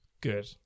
Good